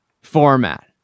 format